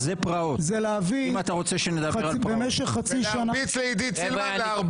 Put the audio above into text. פרעות זה להרביץ למשפחות ולרדוף אחרי אנשים במרחב הציבורי.